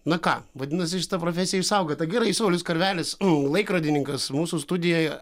na ką vadinasi šita profesija išsaugota gerai saulius karvelis laikrodininkas mūsų studijoje